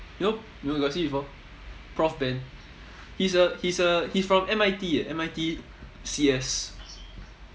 you know you got see before prof ben he's a he's a he's from M_I_T eh M_I_T C_S